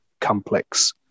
complex